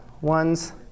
ones